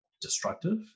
destructive